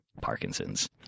Parkinson's